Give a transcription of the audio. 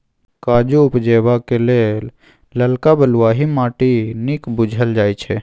काजु उपजेबाक लेल ललका बलुआही माटि नीक बुझल जाइ छै